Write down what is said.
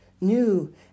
new